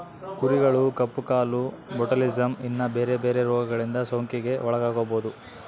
ಕುರಿಗಳು ಕಪ್ಪು ಕಾಲು, ಬೊಟುಲಿಸಮ್, ಇನ್ನ ಬೆರೆ ಬೆರೆ ರೋಗಗಳಿಂದ ಸೋಂಕಿಗೆ ಒಳಗಾಗಬೊದು